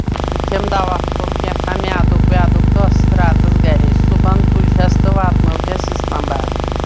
دیُتِم دوا پھوٚل کیاہ تام میٛادُک ویدُک تہٕ ٲس راتس گرِ صُبحن تُجیس تہٕ واتنٲو ہؠس اسلام آباد